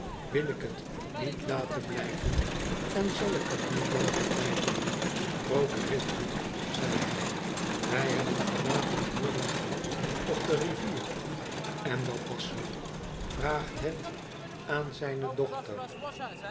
wil ik het niet laten blijven en zal ik het niet laten blijven trogue riderhood zei hij wij hebben van avond woorden gehad op de rivier en dat was zoo vraagt het aan zine dochter